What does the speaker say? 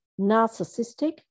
narcissistic